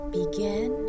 begin